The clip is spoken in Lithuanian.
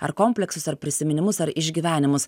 ar kompleksus ar prisiminimus ar išgyvenimus